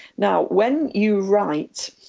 now when you write,